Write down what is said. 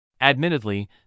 Admittedly